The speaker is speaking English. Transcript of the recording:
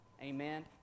Amen